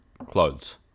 Clothes